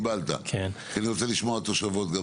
קיבלת כי אני רוצה לשמוע את התושבות.